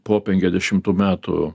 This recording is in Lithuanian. po penkiasdešimtų metų